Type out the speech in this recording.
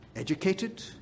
Educated